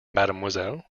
mademoiselle